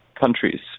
countries